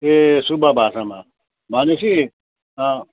ए सुब्बा भाषामा भनेपछि